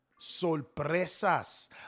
sorpresas